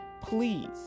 please